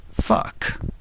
fuck